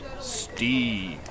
Steve